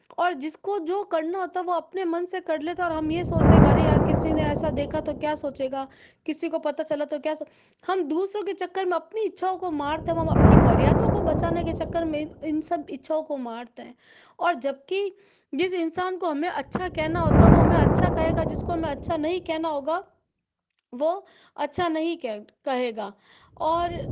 और जिसको जो करना होता हैं वह अपने मन से कर लेता है और हम यह सोचते हैं कि अरे यार किसी ने ऐसा देखा तो क्या सोचेगा किसी को पता चला तो क्या सोच हम दूसरों के चक्कर में अपनी इच्छाओं को मारते हैं एवं अपनी मर्यादाओं को बचाने के चक्कर में इन सब इन सब इच्छाओं को मारते हैं और जबकि जिस इंसान को हमें अच्छा कहना होता हैं वह हमें अच्छा कहेगा जिसको हमें अच्छा नहीं कहना होगा वह अच्छा नहीं कह कहेगा और